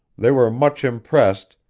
they were much impressed,